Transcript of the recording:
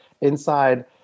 inside